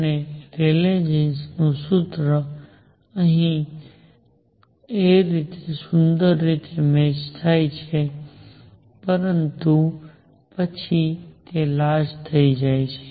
અને Rayleigh Jeans નું સૂત્ર અહીં સુંદર રીતે મેચ થાય છે અને પરંતુ પછી તે અહીં લાર્જ થઈ જાય છે